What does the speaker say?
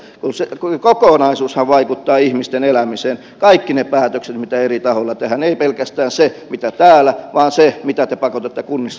kokonaisuushan vaikuttaa ihmisten elämiseen kaikki ne päätökset mitä eri tahoilla tehdään ei pelkästään se mitä täällä tehdään vaan se mitä te pakotatte kunnissa tekemään